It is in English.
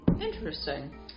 Interesting